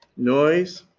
noise,